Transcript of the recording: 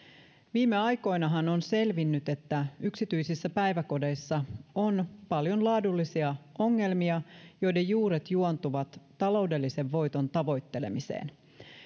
viime aikoinahan on selvinnyt että yksityisissä päiväkodeissa on paljon laadullisia ongelmia joiden juuret juontuvat taloudellisen voiton tavoittelemiseen